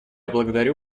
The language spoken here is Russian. благодарю